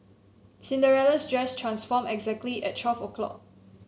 Cinderella's dress transformed exactly at twelve o'clock